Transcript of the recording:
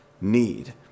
need